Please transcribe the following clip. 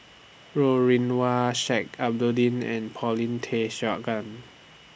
Ro Rih Hwa Sheik Alau'ddin and Paulin Tay Straughan